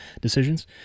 decisions